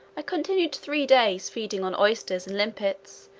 i continued three days feeding on oysters and limpets,